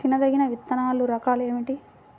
తినదగిన విత్తనాల రకాలు ఏమిటి?